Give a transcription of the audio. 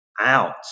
out